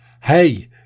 hey